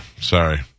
Sorry